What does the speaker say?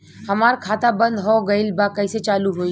हमार खाता बंद हो गईल बा कैसे चालू होई?